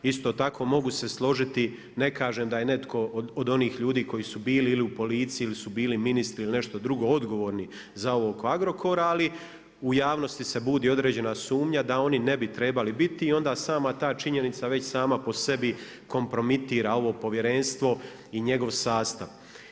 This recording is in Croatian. Isto tako, mogu se složiti, ne kažem da je netko od onih ljudi koji su bili ili u policiji ili su bili ministri ili nešto drugo, odgovorni za oko Agrokora, ali u javnosti se budi određena sumnja da oni ne bi trebali biti i onda sama ta činjenica već sama po sebi kompromitira ovo Povjerenstvo i njegov sastav.